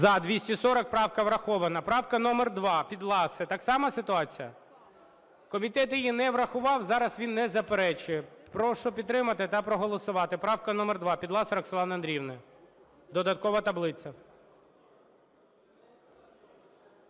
За-240 Правка врахована. Правка номер 2 Підласої. Така сама ситуація? Да. Комітет її не врахував, зараз він не заперечує. Прошу підтримати та проголосувати. Правка номер 2 Підласої Роксолани Андріївни, додаткова таблиця.